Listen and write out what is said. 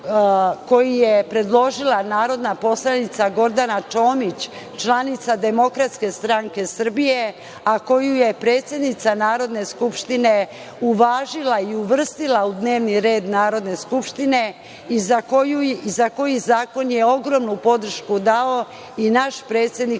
koji je predložila narodna poslanica Gordana Čomić, članica Demokratske stranke Srbije, a koju je predsednica Narodne skupštine uvažila i uvrstila u dnevni red Narodne skupštine i za koji zakon je ogromnu podršku dao i naš predsednik